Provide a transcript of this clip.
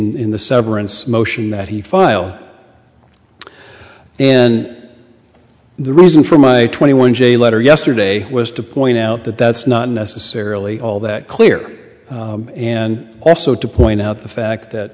that he file and the reason for my twenty one j letter yesterday was to point out that that's not necessarily all that clear and also to point out the fact that